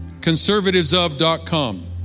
Conservativesof.com